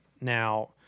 Now